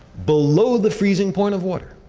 below the freezing point of water.